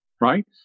right